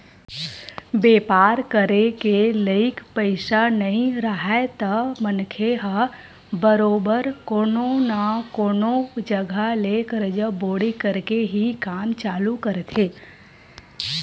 बेपार करे के लइक पइसा नइ राहय त मनखे ह बरोबर कोनो न कोनो जघा ले करजा बोड़ी करके ही काम चालू करथे